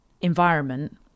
environment